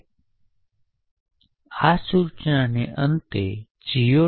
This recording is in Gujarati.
તેથી આ સૂચનાના અંતે જી